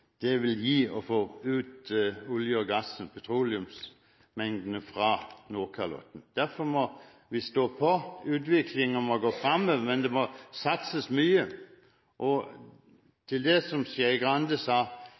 det vil gi å få ut olje og gass – petroleumsmengdene – fra Nordkalotten. Derfor må vi stå på. Utviklingen må gå fremover, men det må satses mye. Til det Skei Grande sa: